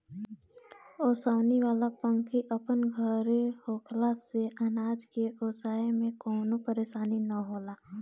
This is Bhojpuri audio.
ओसवनी वाला पंखी अपन घरे होखला से अनाज के ओसाए में कवनो परेशानी ना होएला